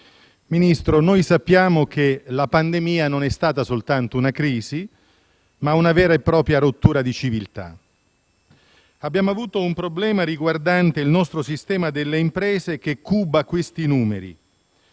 Ministro, sappiamo che la pandemia non è stata soltanto una crisi, ma una vera e propria rottura di civiltà. Abbiamo avuto un problema, riguardante il nostro sistema delle imprese, che "cuba" questi numeri: